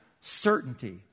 certainty